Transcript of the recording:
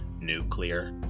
Nuclear